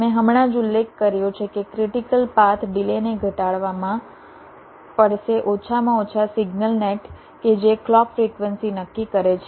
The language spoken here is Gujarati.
મેં હમણાં જ ઉલ્લેખ કર્યો છે કે ક્રિટીકલ પાથ ડિલેને ઘટાડવામાં પડશે ઓછામાં ઓછા સિગ્નલ નેટ કે જે ક્લૉક ફ્રિક્વન્સી નક્કી કરે છે